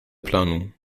planung